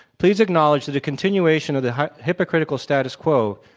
please acknowledge that a continuation of the hypocritical status quo,